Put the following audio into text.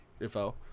info